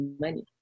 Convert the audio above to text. money